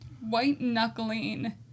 white-knuckling